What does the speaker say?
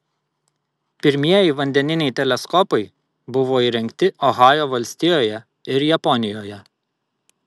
pirmieji vandeniniai teleskopai buvo įrengti ohajo valstijoje ir japonijoje